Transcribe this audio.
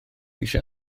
eisiau